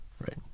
right